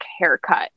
haircut